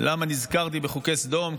ולמה נזכרתי בחוקי סדום?